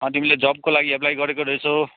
अँ तिमीले जबको लागि एप्लाई गरेको रहेछौ